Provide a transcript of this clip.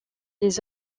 les